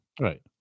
Right